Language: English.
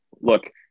look